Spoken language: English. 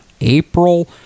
April